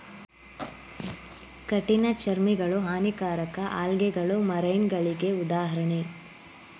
ಕಠಿಣ ಚರ್ಮಿಗಳು, ಹಾನಿಕಾರಕ ಆಲ್ಗೆಗಳು ಮರೈನಗಳಿಗೆ ಉದಾಹರಣೆ